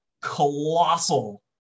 colossal